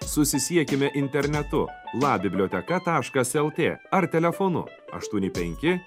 susisiekime internetu la biblioteka taškas lt ar telefonu aštuoni penki